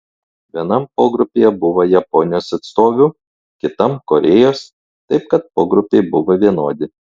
vienam pogrupyje buvo japonijos atstovių kitam korėjos taip kad pogrupiai buvo vienodi